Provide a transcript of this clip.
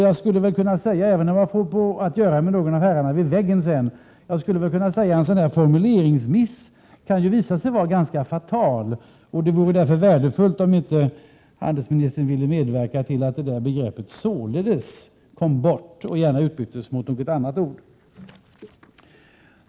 Jag skulle kunna säga, även om jag sedan får att göra med någon av herrarna vid väggen, att en sådan här formuleringsmiss kan visa sig vara ganska fatal. Det vore därför värdefullt om utrikeshandelsministern ville medverka till att begreppet ”således” kom bort och gärna utbyttes mot något annat ord.